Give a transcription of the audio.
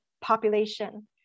population